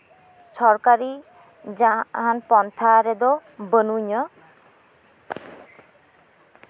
ᱥᱚᱨᱠᱟᱨᱤ ᱡᱟᱦᱟᱱ ᱯᱟᱱᱛᱷᱟ ᱨᱮᱫᱚ ᱵᱟᱱᱩᱧᱟ